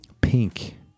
pink